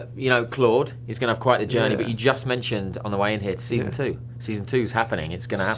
ah you know, claude, he's going to have quite the journey, but you just mentioned on the way in here, season two. season two's happening, it's going to